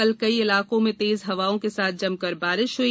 कल कई इलाकों में तेज हवाओं के साथ जमकर बारिश हुई